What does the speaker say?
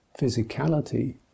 physicality